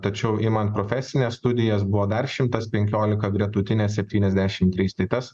tačiau imant profesines studijas buvo dar šimtas penkiolika gretutines septyniasdešim trys tai tas